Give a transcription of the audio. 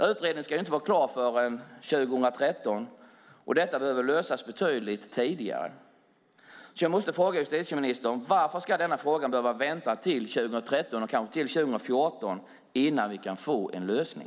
Utredningen ska inte vara klar förrän 2013, och detta behöver lösas betydligt tidigare. Varför, justitieministern, ska denna fråga behöva vänta till 2013, kanske till och med till 2014, innan vi kan få en lösning?